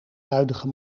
huidige